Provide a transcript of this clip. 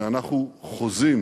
שאנחנו חוזים